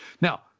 Now